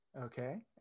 Okay